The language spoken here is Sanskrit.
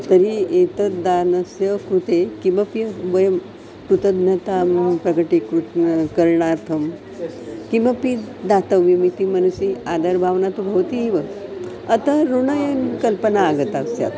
तर्हि एतद्दानस्य कृते किमपि वयं कृतज्ञतां प्रकटीकृतं करणार्थं किमपि दातव्यमिति मनसि आदरभावना तु भवति एव अतः ऋणस्य कल्पना आगता स्यात्